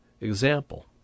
example